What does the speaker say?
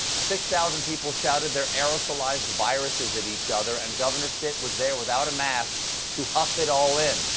six thousand people shouted their aerial sized viruses at each other and governor stitt was there without a mask to huff it all in.